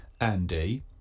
Andy